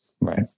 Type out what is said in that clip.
right